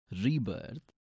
rebirth